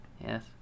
Yes